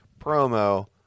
promo